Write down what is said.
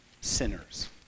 sinners